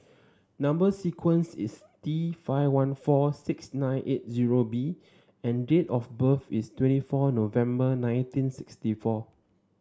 number sequence is T five one four six nine eight zero B and date of birth is twenty four November nineteen sixty four